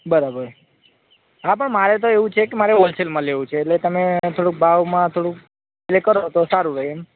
બરાબર હા પણ મારે તો એવું છે કે મારે હૉલસેલમાં લેવું છે એટલે તમે થોડુંક ભાવમાં થોડુંક એ કરો તો સારું રહે એમ